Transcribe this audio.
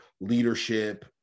leadership